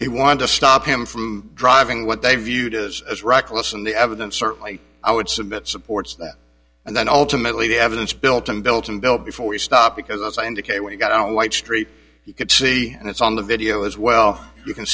he wanted to stop him from driving what they viewed as as reckless and the evidence certainly i would submit supports that and then ultimately the evidence built and built and built before we stop because as i indicated we got on a white street you could see and it's on the video as well you can